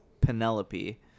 Penelope